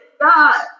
God